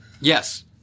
Yes